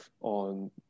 on